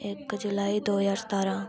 इक जुलाई दौ ज्हार सतारां